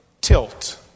Tilt